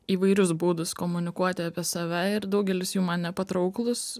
įvairius būdus komunikuoti apie save ir daugelis jų man nepatrauklūs